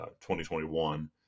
2021